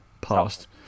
past